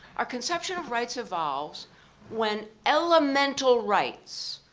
our conception of rights evolves when elemental rights,